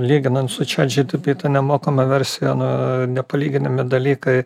lyginant su čiat džytypy ta nemokama versija nu nepalyginami dalykai